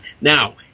Now